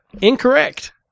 Incorrect